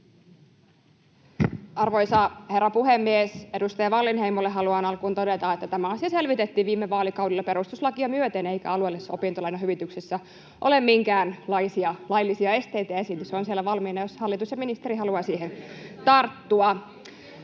Arvoisa herra puhemies! Edustaja Wallinheimolle haluan alkuun todeta, että tämä asia selvitettiin viime vaalikaudella perustuslakia myöten, eikä alueellisessa opintolainahyvityksessä ole minkäänlaisia laillisia esteitä. Esitys on siellä valmiina, jos hallitus ja ministeri haluavat siihen tarttua.